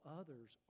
others